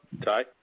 Ty